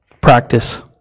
Practice